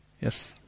Yes